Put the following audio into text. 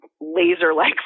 laser-like